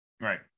right